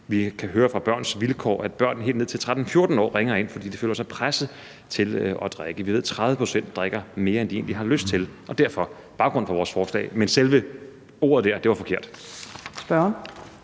Vi kan høre fra Børns Vilkår, at børn helt ned til 13-14 år ringer ind, fordi de føler sig presset til at drikke, og vi ved, at 30 pct. drikker mere, end de egentlig har lyst til. Og derfor er det baggrunden for vores forslag. Men selve ordet var forkert.